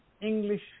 English